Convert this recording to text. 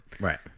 Right